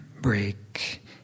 Break